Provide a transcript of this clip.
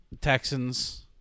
Texans